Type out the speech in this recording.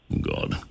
God